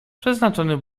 przeznaczony